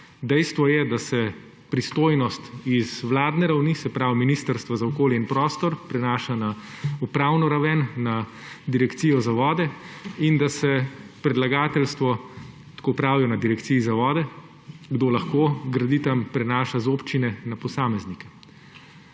Dejstvo je, da se pristojnost z vladne ravni, se pravi Ministrstva za okolje in prostor, prenaša na upravno raven, na Direkcijo za vode, in da se predlagateljstvo – tako pravijo na Direkciji za vode –, kdo lahko gradi tam, prenaša z občine na posameznike.